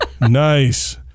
Nice